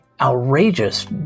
outrageous